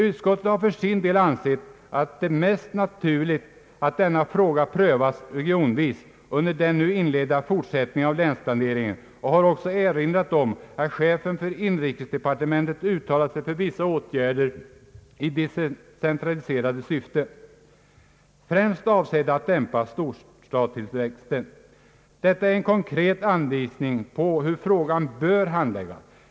Utskottet har för sin del ansett det mest naturligt att denna fråga prövas regionvis under den nu inledda fortsättningen av länsplaneringen och har också erinrat om att chefen för inrikesdepartementet uttalat sig för vissa åtgärder i decentraliserande syfte, främst avsedda att dämpa storstadstillväxten. Detta är en konkret anvisning på hur frågan bör handläggas.